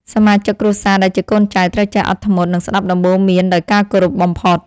សមាជិកគ្រួសារដែលជាកូនចៅត្រូវចេះអត់ធ្មត់ និងស្តាប់ដំបូន្មានដោយការគោរពបំផុត។